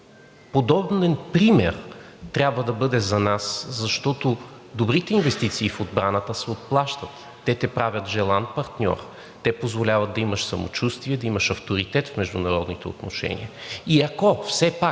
Подобен пример трябва да бъде за нас, защото добрите инвестиции в отбраната се отплащат, те те правят желан партньор, те позволяват да имаш самочувствие, да имаш авторитет в международните отношения. И ако все пак